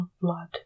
blood